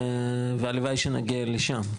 והלוואי שנגיע לשם.